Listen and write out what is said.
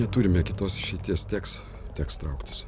neturime kitos išeities teks teks trauktis